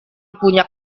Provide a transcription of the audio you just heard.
punya